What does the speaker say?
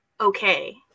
okay